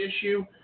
issue